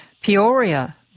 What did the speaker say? Peoria